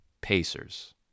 pacers